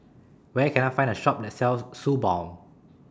Where Can I Find A Shop that sells Suu Balm